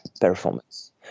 Performance